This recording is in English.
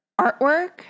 artwork